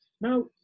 Now